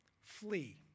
Flee